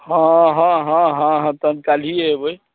हाँ हाँ हाँ हाँ हँ तब काल्हिये एबै